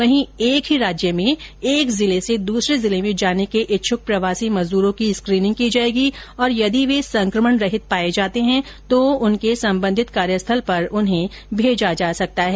वहीं एक ही राज्य में एक जिले से दूसरे जिले में जाने के इच्छुक प्रवासी मजदूरो की स्क्रीनिंग की जाएगी और यदि वे संक्रमण रहित पाए जाते है तो उन्हें उनके सम्बन्धित कार्यस्थल पर भेजा जा सकता है